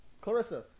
clarissa